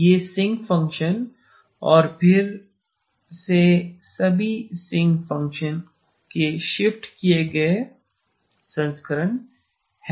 एक sinc function और फिर ये सभी सिंक फ़ंक्शन के शिफ्ट किए गए संस्करण हैं